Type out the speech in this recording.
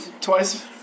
Twice